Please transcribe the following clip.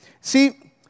See